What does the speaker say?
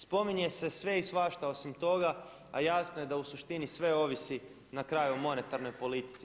Spominje se sve i svašta osim toga a jasno je da u suštini sve ovisi na kraju o monetarnoj politici.